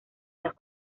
las